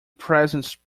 presents